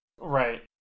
Right